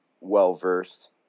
well-versed